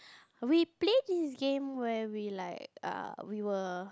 we play this game where we like err we were